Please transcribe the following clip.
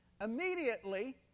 Immediately